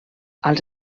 als